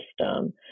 system